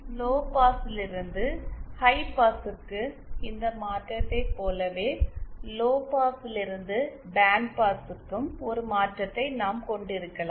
லோபாஸிலிருந்து ஹைபாஸுக்கு இந்த மாற்றத்தைப் போலவே லோபாஸிலிருந்து பேண்ட்பாஸுக்கும் ஒரு மாற்றத்தை நாம் கொண்டிருக்கலாம்